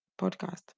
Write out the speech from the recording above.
podcast